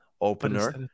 opener